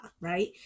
Right